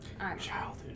Childhood